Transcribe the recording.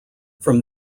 from